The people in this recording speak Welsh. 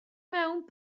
mewn